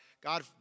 God